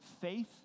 faith